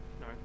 no